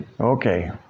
Okay